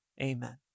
amen